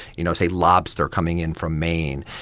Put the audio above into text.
you know, say, lobster coming in from maine.